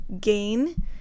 gain